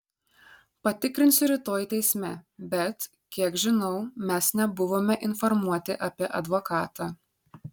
patikrinsiu rytoj teisme bet kiek žinau mes nebuvome informuoti apie advokatą